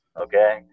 okay